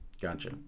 Gotcha